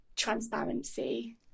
transparency